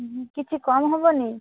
ହୁଁ କିଛି କମ ହେବନି